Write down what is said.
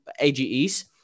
AGEs